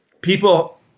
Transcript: people